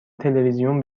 تلویزیون